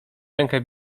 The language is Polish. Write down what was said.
rękę